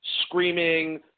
screaming